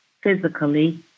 physically